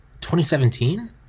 2017